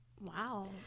Wow